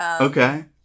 Okay